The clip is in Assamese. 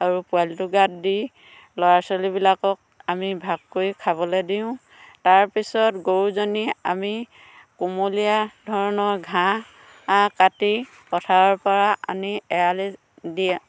আৰু পোৱালিটোৰ গাত দি ল'ৰা ছোৱালী বিলাকক আমি ভাগ কৰি খাবলে দিওঁ তাৰ পিছত গৰুজনী আমি কুমলীয়া ধৰণৰ ঘাঁহ কাটি পথাৰৰ পৰা আনি এৰালি দিয়ে